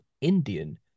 Indian